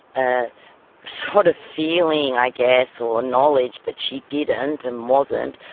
ah sort of feeling i guess, or knowledge, that she didn't and wasn't,